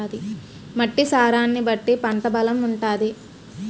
మట్టి సారాన్ని బట్టి పంట బలం ఉంటాది